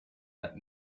that